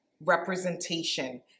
representation